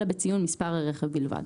אלא בציון מספר הרכב בלבד.